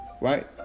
right